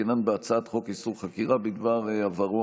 עסקינן בהצעת חוק איסור חקירה בדבר עברו